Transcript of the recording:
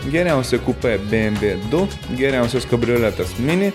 geriausia kupė bmv du geriausias kabrioletas mini